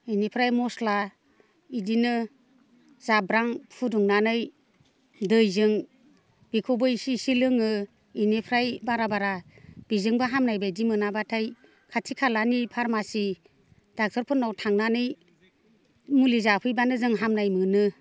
इनिफ्राय मस्ला इदिनो जाब्रां फुदुंनानै दैजों बेखौबो इसे इसे लोङो इनिफ्राय बारा बारा बेजोंबो हामनायबायदि मोनाब्लाथाय खाथि खालानि फारमासि ड'क्टारफोरनाव थांनानै मुलि जाफैब्लानो जों हामनाय मोनो